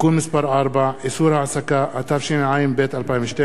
(תיקון מס' 4) (איסור העסקה), התשע"ב 2012,